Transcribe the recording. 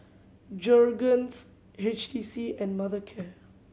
Jergens H T C and Mothercare